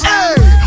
Hey